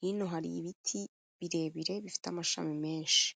hino hari ibiti birebire bifite amashami menshi.